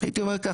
הייתי אומר כך,